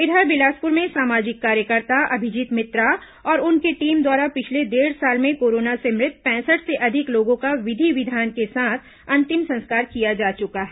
इधर बिलासपुर में सामाजिक कार्यकर्ता अभिजीत मित्रा और उनकी टीम द्वारा पिछले डेढ़ साल में कोरोना से मृत पैंसठ से अधिक लोगों का विधि विधान के साथ अंतिम संस्कार किया जा चुका है